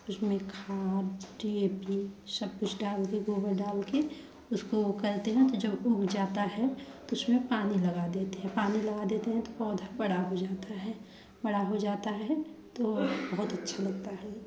उसमें खाद D A P सब कुछ डाल के गोबर डाल के उसको वो करते हैं तो जब वो उग जाता है तो उसमें पानी लगा देते हैं है तो पौधा बड़ा हो जाता है बड़ा हो जाता है तो बहुत अच्छा लगता है